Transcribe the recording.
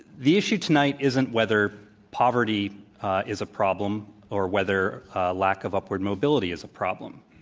the issue tonight isn't whether poverty is a problem or whether lack of upward mobility is a problem.